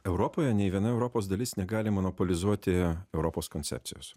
europoje nė viena europos dalis negali monopolizuoti europos koncepcijos